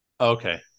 Okay